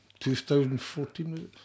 2014